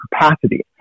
capacity